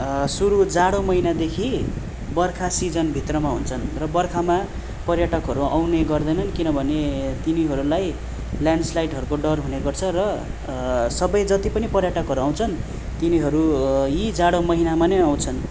सुरु जाडो महिनादेखि बर्खा सिजनभित्रमा हुन्छन् र बर्खामा पर्यटकहरू आउने गर्दैनन् किनभने तिनीहरूलाई ल्यान्डस्लाइडहरूको डर हुने गर्छ र सबै जति पनि पर्यटकहरू आउँछन् तिनीहरू यी जाडो महिनामा नै आउँछन्